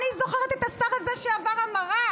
אני זוכרת את השר הזה, שעבר המרה,